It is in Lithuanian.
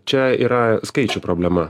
čia yra skaičių problema